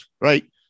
right